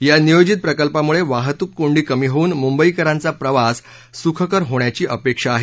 या नियाजित प्रकल्पामुळे वाहतूक कोंडी कमी होऊन मुंबईकरांचा प्रवास सुखकर होण्याची अपेक्षा आहे